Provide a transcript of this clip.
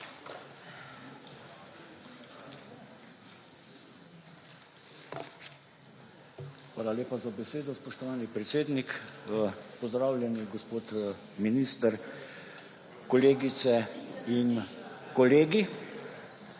Hvala lepa za besedo, spoštovani predsednik. Pozdravljeni, gospod minister! Kolegice in kolegi!